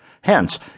Hence